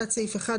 תת סעיף 1,